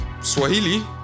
Swahili